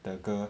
the girl